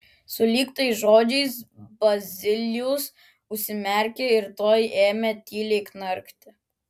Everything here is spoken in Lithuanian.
sulig tais žodžiais bazilijus užsimerkė ir tuoj ėmė tyliai knarkti